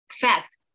fact